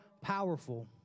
powerful